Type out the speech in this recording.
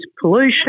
pollution